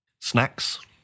Snacks